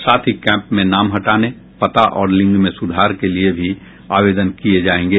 साथ ही कैंप में नाम हटाने पता और लिंग में सुधार के लिये भी आवेदन लिये जायेंगे